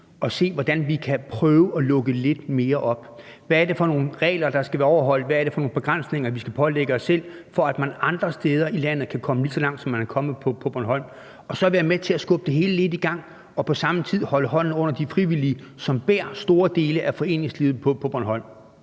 havde håbet, at ministeren ville se på, hvad det er for nogle regler, der skal være overholdt, og hvad det er for nogle begrænsninger, vi skal pålægge os selv, for at man andre steder i landet kan komme lige så langt, som man er kommet på Bornholm, og altså være med til at skubbe det hele lidt i gang og på samme tid holde hånden under de frivillige, som bærer store dele af foreningslivet på Bornholm.